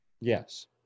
Yes